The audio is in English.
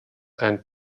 and